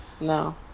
No